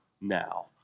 now